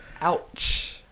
ouch